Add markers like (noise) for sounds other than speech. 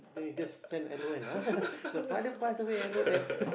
then he just send L_O_L ah (laughs) the father pass away L_O_L (laughs)